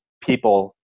people